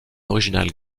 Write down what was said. original